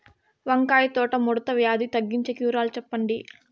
వంకాయ తోట ముడత వ్యాధి తగ్గించేకి వివరాలు చెప్పండి?